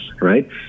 right